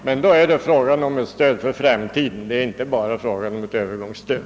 Men då är det fråga om ett stöd för framtiden, inte bara ett övergångsstöd.